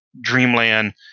Dreamland